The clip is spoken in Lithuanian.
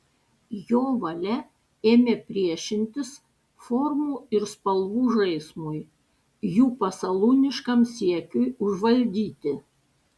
jo valia ėmė priešintis formų ir spalvų žaismui jų pasalūniškam siekiui užvaldyti